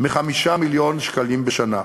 מ-5 מיליון שקלים בשנה.